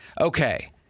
Okay